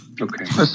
Okay